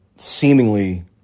seemingly